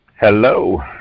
Hello